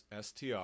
str